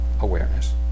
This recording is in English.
awareness